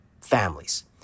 families